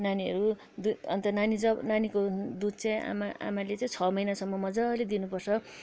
नानीहरू दुध अन्त नानी जब नानीको दुधु चाहिँ आमा आमाले चाहिँ छ महिनासम्म मजाले दिनुपर्छ